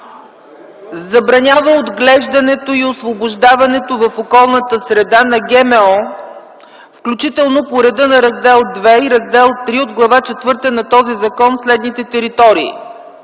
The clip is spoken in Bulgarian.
Забранява отглеждането и освобождаването в околната среда на ГМО, включително по реда на Раздел ІІ и Раздел ІІІ от Глава четвърта на този закон в следните територии: